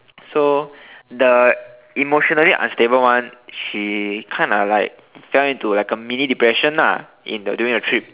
so the emotionally unstable one she kind of like fell into like a mini depression lah in the during the trip